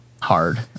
hard